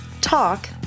talk